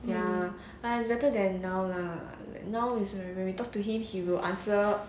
ya lah it's better than now lah now is when when you talked to him he will answer